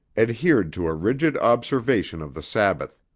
adhered to a rigid observance of the sabbath.